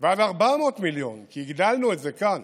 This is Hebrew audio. ועד 400 מיליון, כי הגדלנו את זה כאן,